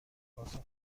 پاسخ